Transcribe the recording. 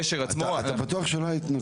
אתה בטוח שלא היו התנגדויות?